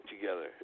together